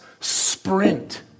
sprint